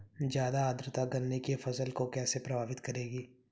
ज़्यादा आर्द्रता गन्ने की फसल को कैसे प्रभावित करेगी?